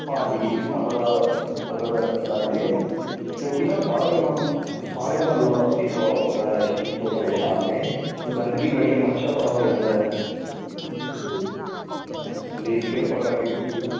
ਹਾਂਜੀ ਇਹਦੀ ਖਖ਼ਰ ਅਗਰ ਲੱਗ ਜਾਵੇ ਕਿਉਂਕਿ ਨਾ ਸਾਰੇ ਮਹ ਸਾਰੇ ਮਹੱਲਾ ਵਾਸੀ ਪ੍ਰੋ ਇਸ ਚੀਜ਼ ਤੋਂ ਪ੍ਰੇਸ਼ਾਨ ਨੇ ਗੰਦਗੀ ਬੜੀ ਹੈ ਮੱਛਰ ਬੜਾ ਹੋ ਜਾਂਦਾ ਹੈ ਅਤੇ ਪਲੀਸ ਕ੍ਰਿਪਾ ਕਰਕੇ ਤੁਸੀਂ